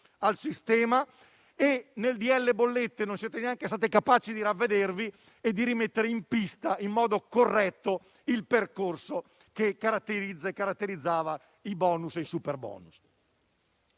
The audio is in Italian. al sistema e nel decreto-legge bollette non siete neanche stati capaci di ravvedervi e di rimettere in pista in modo corretto il percorso che caratterizzava i *bonus* e i superbonus